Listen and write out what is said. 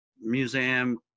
museum